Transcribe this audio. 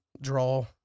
draw